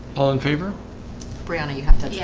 all in favor briona you have to yeah